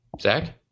Zach